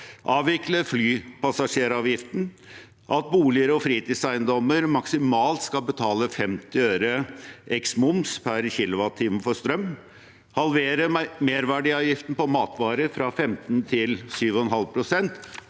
avvikle flypassasjeravgiften, at boliger og fritidseiendommer maksimalt skal betale 50 øre eksklusive moms per kilowattime for strøm, å halvere merverdiavgiften på matvarer, fra 15 til 7,5 pst.,